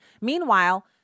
Meanwhile